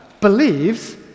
believes